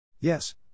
Yes